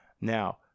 Now